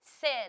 sin